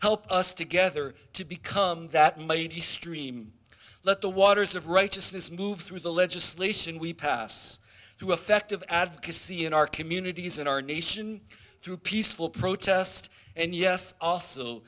help us together to become that mighty stream let the waters of righteousness move through the legislation we pass through effective advocacy in our communities in our nation through peaceful protest and yes